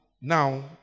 now